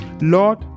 Lord